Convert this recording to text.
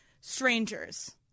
strangers